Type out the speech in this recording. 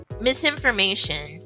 misinformation